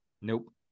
Nope